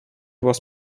was